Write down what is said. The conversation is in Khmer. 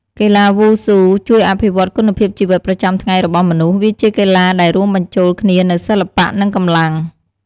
កីឡាវ៉ូស៊ូជួយអភិវឌ្ឍគុណភាពជីវិតប្រចាំថ្ងៃរបស់មនុស្ស វាជាកីឡាដែលរួមបញ្ចូលគ្នានូវសិល្បៈ និងកម្លាំង។